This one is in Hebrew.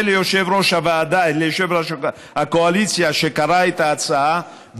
ואני מודה ליושב-ראש הקואליציה שקרא את ההצעה,